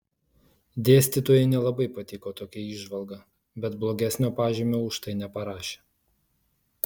dėstytojai nelabai patiko tokia įžvalga bet blogesnio pažymio už tai neparašė